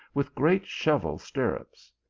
with great shovel stirrups.